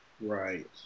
Right